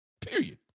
period